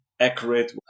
accurate